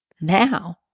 now